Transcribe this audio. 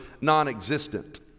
non-existent